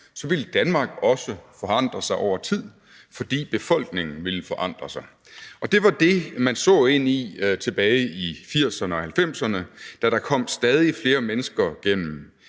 ville Danmark også forandre sig over tid, fordi befolkningen ville forandre sig. Det var det, man så ind i tilbage i 1980'erne og 1990'erne, da der gennem